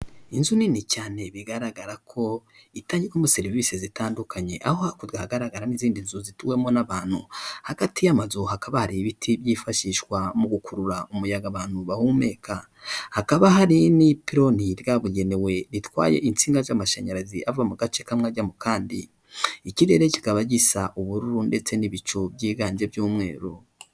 Inzu nini cyane bigaragara ko itangirwamo serivisi zitandukanye, aho hakorya hagaragara n'izindi nzu zituwemo n'abantu. Hagati y'amazu hakaba hari ibiti byifashishwa mu gukurura umuyaga abantu bahumeka, hakaba hari n'ipiloni ryabugenewe ritwaye insinga z'amashanyarazi ava mu gace kamwe ajya mu kandi. Ikirere kikaba gisa ubururu ndetse n'ibicu byiganje by'umweru.